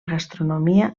gastronomia